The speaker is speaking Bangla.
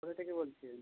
কোথা থেকে বলছেন